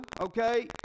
okay